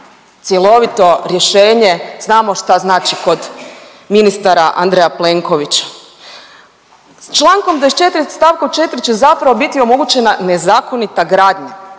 Cjelovito rješenje znamo šta znači kod ministara Andreja Plenkovića. Čl. 24. st. 4. će zapravo biti omogućena nezakonita gradnja.